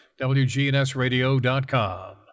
wgnsradio.com